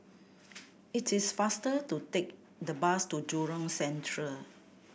it is faster to take the bus to Jurong Central